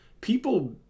People